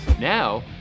Now